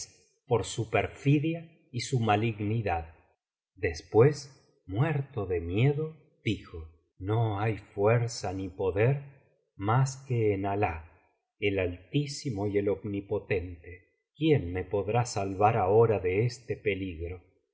por su perfldia y su malignidad después muerto de miedo dijo no hay fuerza ni poder mas que en alah el altísimo y el omnipotente quién me podrá salvar ahora de este peligro